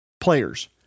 Players